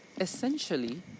Essentially